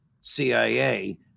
cia